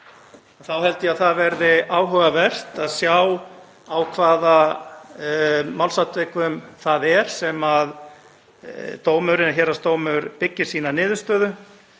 þá held ég að það verði áhugavert að sjá hvaða málsatvik það er sem héraðsdómur byggir sína niðurstöðu